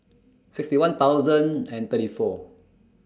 sixty one thousand and thirty four